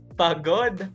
pagod